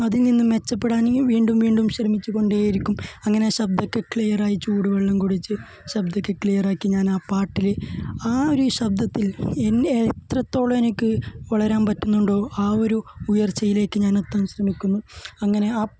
അതില് നിന്ന് മെച്ചപ്പെടാന് ഇങ്ങനെ വീണ്ടും വീണ്ടും ശ്രമിച്ചു കൊണ്ടേയിരിക്കും അങ്ങനെ ആ ശബ്ദം ഒക്കെ ക്ലിയർ ആയി ചൂട് വെള്ളം കുടിച്ചു ശബ്ദം ഒക്കെ ക്ലിയർ ആക്കി ഞാൻ ആ പാട്ടിൽ ആ ഒരു ശബ്ദത്തില് എന്നെ എനിക്ക് എത്രത്തോളം എനിക്ക് വളരാന് പറ്റുന്നുണ്ടോ ആ ഒരു ഉയര്ച്ചയിലേക്ക് ഞാന് എത്താന് ശ്രമിക്കുന്നു അങ്ങനെ ആ